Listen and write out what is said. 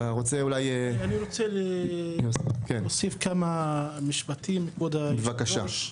אני רוצה להוסיף כמה משפטים כבוד היושב ראש.